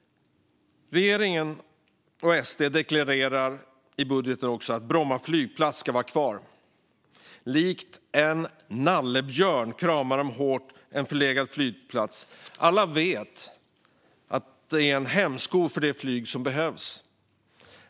Regeringen och SD deklarerar nu också i budgeten att Bromma flygplats ska vara kvar. De kramar hårt en förlegad flygplats likt en nallebjörn. Alla vet att det är en hämsko för det flyg som behövs.